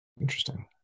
Interesting